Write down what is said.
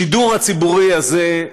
השידור הציבורי הזה,